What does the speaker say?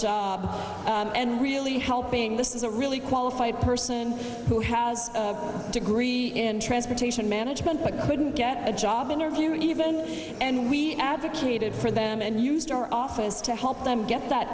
job and really helping this is a really qualified person who has a degree in transportation management but couldn't get a job interview even and we advocated for them and used our office to help them get that